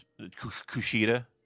Kushida